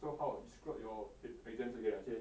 so how you screw up your exams again ah I say